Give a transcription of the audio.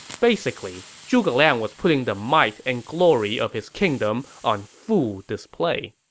basically, zhuge liang was putting the might and glory of his kingdom on full display